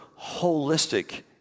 holistic